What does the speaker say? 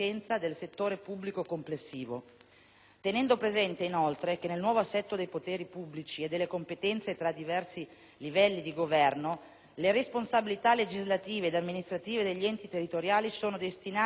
Tenendo presente inoltre che, nel nuovo assetto dei poteri pubblici e delle competenze tra i diversi livelli di governo, le responsabilità legislative ed amministrative degli enti territoriali sono destinate ad ampliarsi in misura significativa.